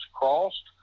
crossed